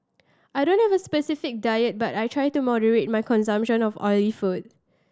I don't have a specific diet but I try to moderate my consumption of oily food